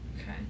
Okay